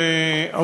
תודה לך,